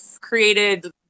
created